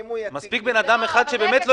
אני מתכבד לפתוח את ישיבת ועדת הכספים.